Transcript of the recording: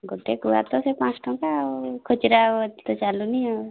ଗୋଟେ ଗୁଆ ତ ସେଇ ପାଞ୍ଚ ଶହ ଟଙ୍କା ଆଉ ଖୁଚୁରା ଆଉ ଏଠି ତ ଚାଲୁନି ଆଉ